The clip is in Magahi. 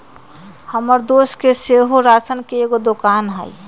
हमर दोस के सेहो राशन के एगो दोकान हइ